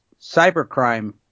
cybercrime